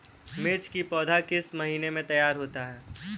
मिर्च की पौधा किस महीने में तैयार होता है?